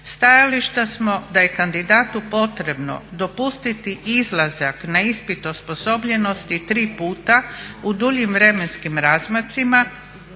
Stajališta smo da je kandidatu potrebno dopustiti izlazak na ispit osposobljenosti tri puta u duljim vremenskim razmacima,